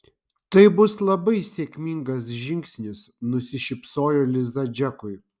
tai bus labai sėkmingas žingsnis nusišypsojo liza džekui